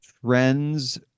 trends